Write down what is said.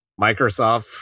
Microsoft